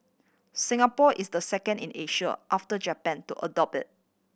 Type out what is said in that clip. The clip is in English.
Singapore is the second in Asia after Japan to adopt it